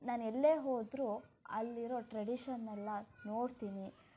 ನಾನು ಎಲ್ಲೇ ಹೋದರೂ ಅಲ್ಲಿರೋ ಟ್ರೆಡಿಷನ್ ಎಲ್ಲ ನೋಡ್ತೀನಿ